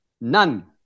None